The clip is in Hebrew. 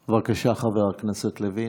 בבקשה, חבר הכנסת לוין.